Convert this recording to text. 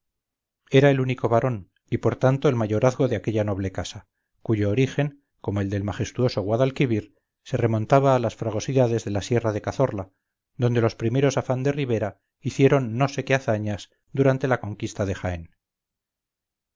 era el único varón y por tanto el mayorazgo de aquella noble casa cuyo origen como el del majestuoso guadalquivir se remontaba a las fragosidades de la sierra de cazorla donde los primeros afán de ribera hicieron no sé qué hazañas durante la conquista de jaén